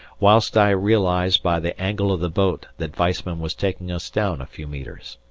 whilst i realized by the angle of the boat that weissman was taking us down a few metres.